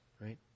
right